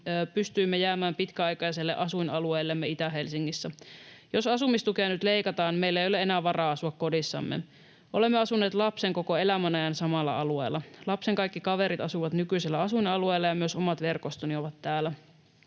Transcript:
pystyimme jäämään pitkäaikaiselle asuinalueellemme Itä-Helsingissä. Jos asumistukea nyt leikataan, niin meillä ei ole enää varaa asua kodissamme. Olemme asuneet lapsen koko elämän ajan samalla alueella. Lapsen kaikki kaverit asuvat nykyisellä asuinalueella, ja myös omat verkostoni ovat täällä.